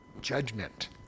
judgment